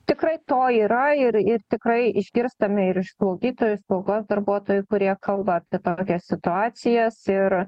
tikrai to yra ir ir tikrai išgirstame ir iš slaugytojų slaugos darbuotojų kurie kalba apie tokias situacijas ir